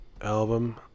album